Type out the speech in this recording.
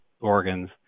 organs